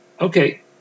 Okay